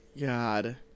God